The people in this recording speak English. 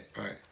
Right